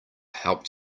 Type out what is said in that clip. helped